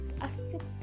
accept